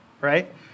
right